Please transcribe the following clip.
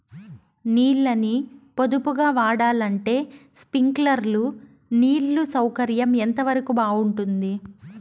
నీళ్ళ ని పొదుపుగా వాడాలంటే స్ప్రింక్లర్లు నీళ్లు సౌకర్యం ఎంతవరకు బాగుంటుంది?